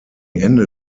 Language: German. ende